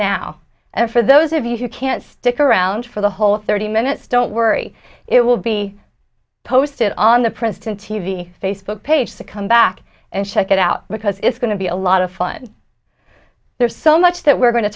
now and for those of you who can't stick around for the whole thirty minutes don't worry it will be posted on the princeton t v facebook page to come back and check it out because it's going to be a lot of fun there's so much that we're going to